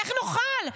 איך נוכל?